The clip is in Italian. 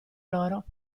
loro